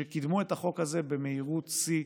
שקידמו את החוק הזה במהירות שיא.